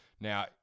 Now